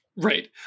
right